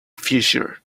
future